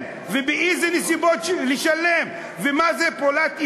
ובאיזה נסיבות לשלם ומה זה פעולת איבה,